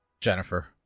Jennifer